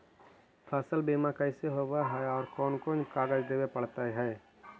फसल बिमा कैसे होब है और कोन कोन कागज देबे पड़तै है?